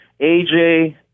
AJ